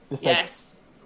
Yes